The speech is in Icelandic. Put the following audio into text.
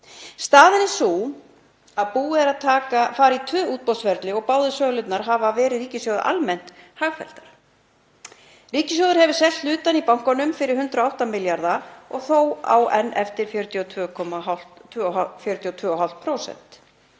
Staðan er sú að búið er að fara í tvö útboðsferli og báðar sölurnar hafa verið ríkissjóði almennt hagfelldar. Ríkissjóður hefur selt hluti í bankanum fyrir 108 milljarða en á enn eftir 42,5%